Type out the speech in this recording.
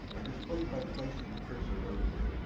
are displayed by placing the cursor over it.